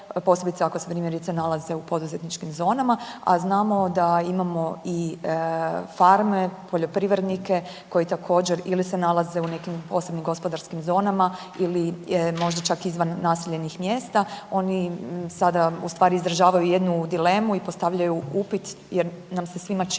ako se, primjerice, nalaze u poduzetničkim zonama, a znamo da imamo i farme, poljoprivrednike koji također, ili se nalaze u nekim posebnim gospodarskim zonama ili možda čak izvan naseljenih mjesta. Oni sada ustvari izdržavaju jednu dilemu i postavljaju upit jer nam se svima čini